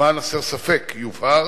למען הסר ספק, יובהר